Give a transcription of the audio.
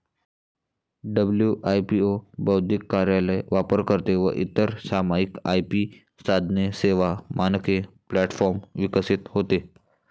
WIPO बौद्धिक कार्यालय, वापरकर्ते व इतर सामायिक आय.पी साधने, सेवा, मानके प्लॅटफॉर्म विकसित होते